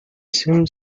seemed